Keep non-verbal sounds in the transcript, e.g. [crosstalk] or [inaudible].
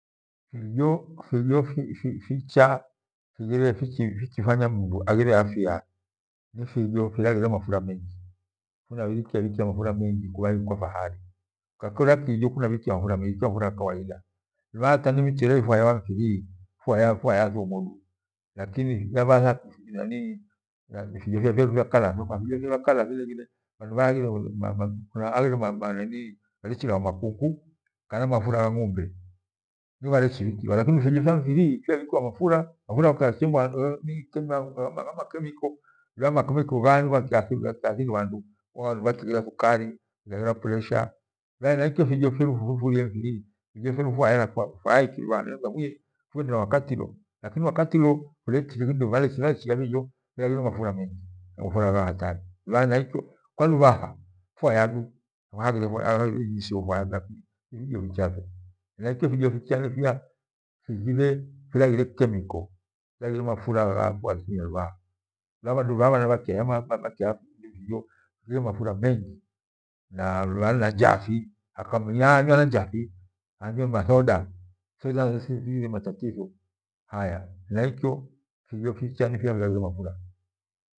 Fijo Fijo fi- fificha- fifichafanya mdu aghire afya, ni fijo firaghire mafura mengi. Funairikia ibhikia mafura mengi ukakora kiho kunabhikia mafura mengi, bhikia mafura gha kawaida Lubhaha kangi michere mfwaya mifirii mfwaya fwaya thumu du lakini yabhatha vijo fyera fya kula fileghire vhandu vhale kindo [hesitation] lilechiiilaghwa makungu kana mafura gha ng’umbe nigho ghale chibhikiwa lakini fijo fya mifiru mfya bhikiwa mafura mafura nghachemba na ma- makemiko, hubha makemiko ghaho nigho nghaadhiri bhandu, lubha wandu wakyaghira thukari, presha, lubhaha hanaikyo fijo fyeru iki fiho fyeru mfwaya lubhaha fwaya iki nilahima fuye fughende na wakati lu. Lakini wakati lo bhale chiya fijo firaghire mafura mengi mafura ghawastani. Henaikyo kwa lubhaha mfwayadu haghire jinsi ho. Henaikyo fijo ficha nifia fighire firaghire kemiko finaghire mafura kwa asili ya lubhaha bhandu bhakaya mafura mengi na njati bhakamywa na njafi, bhanywe njafi, bhanywe na thoda, thoda thighire matatitho haya, henaikyo kiho kichan ikiya kiraghire mafua.